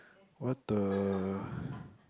what the